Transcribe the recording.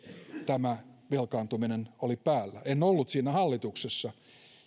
tämä velkaantuminen oli päällä en ollut siinä hallituksessa